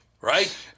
right